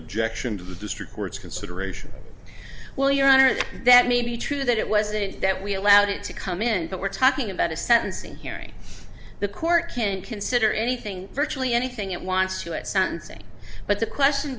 objection to the district court's consideration well your honor that that may be true that it wasn't that we allowed it to come in but we're talking about a sentencing hearing the court can consider anything virtually anything it wants to at sentencing but the question